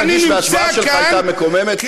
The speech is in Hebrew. אני נמצא כאן, ההשוואה שלך הייתה מקוממת.